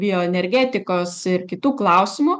bioenergetikos ir kitų klausimų